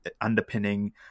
underpinning